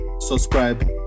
subscribe